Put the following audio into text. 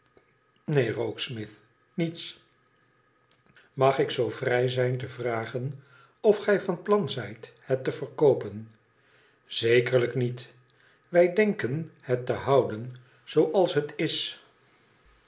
niets imag ik zoo vrij zijn te vragen of gij van plan zijt het te verkoopen t zekerlijk niet wij denken het te houden zooals het is